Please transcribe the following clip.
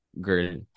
girl